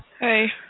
Hey